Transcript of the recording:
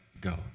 go